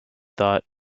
thought